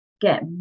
get